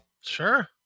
Sure